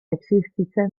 existitzen